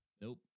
Nope